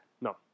No